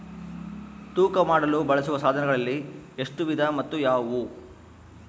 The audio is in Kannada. ತೂಕ ಮಾಡಲು ಬಳಸುವ ಸಾಧನಗಳಲ್ಲಿ ಎಷ್ಟು ವಿಧ ಮತ್ತು ಯಾವುವು?